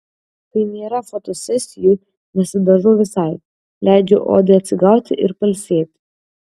kai nėra fotosesijų nesidažau visai leidžiu odai atsigauti ir pailsėti